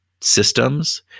systems